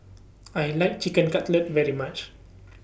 I like Chicken Cutlet very much